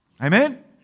Amen